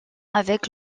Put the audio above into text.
avec